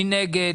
מי נגד?